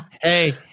Hey